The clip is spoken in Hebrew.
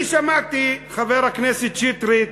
אני שמעתי, חבר הכנסת שטרית,